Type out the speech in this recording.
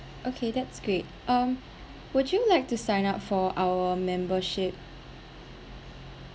okay that's great um would you like to sign up for our membership